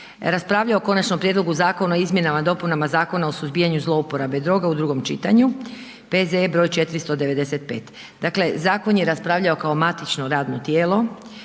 raspravljao o Konačnom prijedlogu Zakona o izmjenama i dopunama Zakona o suzbijanju zlouporabe droga, u drugom čitanju, P.Z.E. broj 495. Dakle, zakon je raspravljao kao matično radno tijelo